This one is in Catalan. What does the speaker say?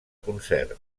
concert